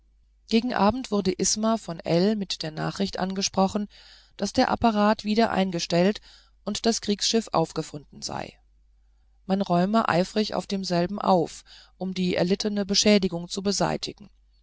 gegen abend wurde isma von ell mit der nachricht angesprochen daß der apparat wieder eingestellt und das kriegsschiff aufgefunden sei man räume eifrig auf demselben auf um die erlittenen beschädigungen zu beseitigen